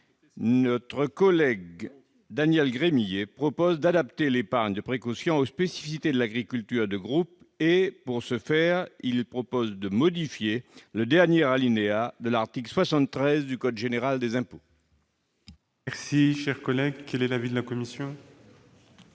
notre collègue Daniel Gremillet propose d'adapter l'épargne de précaution aux spécificités de l'agriculture de groupe. À cette fin, il propose de modifier le dernier alinéa de l'article 73 du code général des impôts. Quel est l'avis de la commission ?